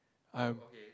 I'm